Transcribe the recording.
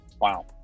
Wow